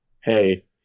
hey